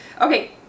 okay